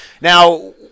Now